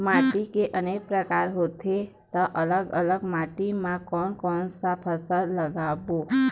माटी के अनेक प्रकार होथे ता अलग अलग माटी मा कोन कौन सा फसल लगाबो?